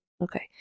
Okay